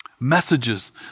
messages